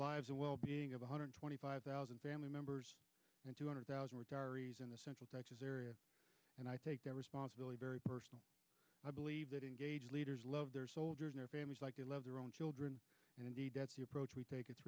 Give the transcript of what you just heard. lives and well being of one hundred twenty five thousand family members and two hundred thousand words in the central texas area and i take that responsibility very personally i believe that engage leaders love their soldiers their families like they love their own children and indeed that's the approach we take it